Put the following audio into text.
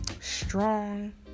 strong